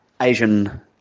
asian